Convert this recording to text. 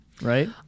right